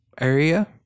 area